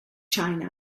china